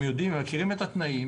הם מכירים את התנאים,